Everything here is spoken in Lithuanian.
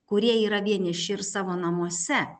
kurie yra vieniši ir savo namuose